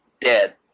dead